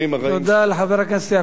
תודה לחבר הכנסת יעקב כץ.